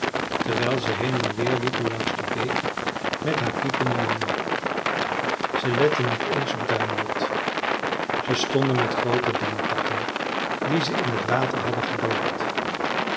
terwijl ze heen en weer liepen langs de beek met haar piepende jongen ze letten niet eens op duimelot ze stonden met groote dennetakken die ze in t water hadden gedoopt